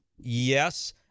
Yes